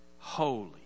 Holy